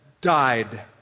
died